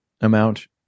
amount